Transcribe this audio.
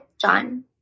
John